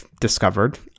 discovered